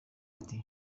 ati